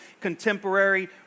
contemporary